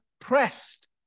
pressed